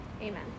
amen